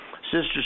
Sister